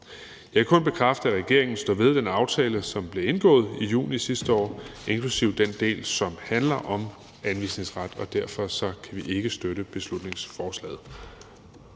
Jeg kan kun bekræfte, at regeringen står ved den aftale, som blev indgået i juni sidste år, inklusive den del, som handler om anvisningsret, og derfor kan vi ikke støtte beslutningsforslaget.